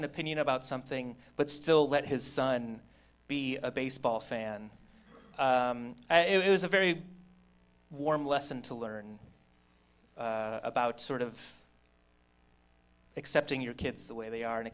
an opinion about something but still let his son be a baseball fan it was a very warm lesson to learn about sort of accepting your kids the way they are